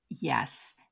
Yes